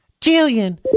Jillian